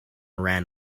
ran